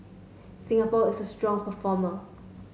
Singapore is a strong performer